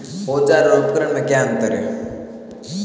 औज़ार और उपकरण में क्या अंतर है?